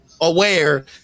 aware